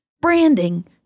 branding